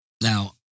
Now